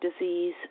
disease